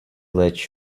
let